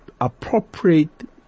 appropriate